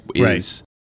Right